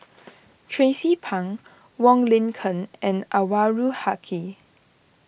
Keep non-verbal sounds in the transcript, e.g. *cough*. *noise* Tracie Pang Wong Lin Ken and Anwarul Haque